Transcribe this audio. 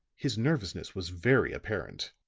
his nervousness was very apparent.